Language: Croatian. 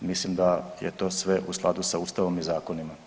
Mislim da je to sve u skladu sa Ustavom i zakonima.